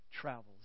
travels